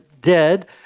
dead